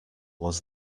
was